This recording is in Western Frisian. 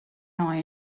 nei